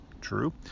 True